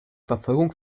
verfolgung